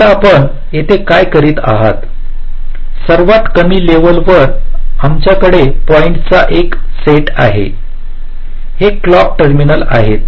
आता आपण येथे काय करीत आहात सर्वात कमी लेवल वर आमच्याकडे पॉईंट्स चा एक सेट आहे हे क्लॉक टर्मिनल आहेत